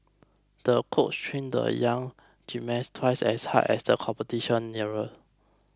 the coach trained the young gymnast twice as hard as the competition neared